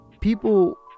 people